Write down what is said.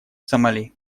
сомали